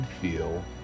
feel